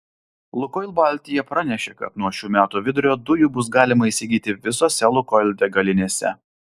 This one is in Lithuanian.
lukoil baltija pranešė kad nuo šių metų vidurio dujų bus galima įsigyti visose lukoil degalinėse